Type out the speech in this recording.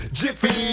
jiffy